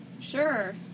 Sure